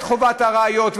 את חובת הראיות,